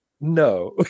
no